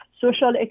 social